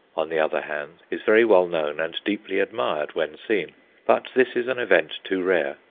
on the other hand, is very well known and deeply admired, when seen but this is an event too rare.